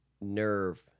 nerve